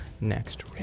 Next